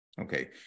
Okay